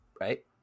Right